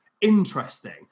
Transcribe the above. interesting